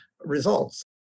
results